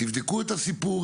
תבדקו את הסיפור